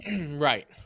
right